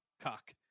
cock